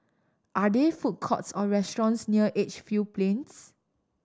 are there food courts or restaurants near Edgefield Plains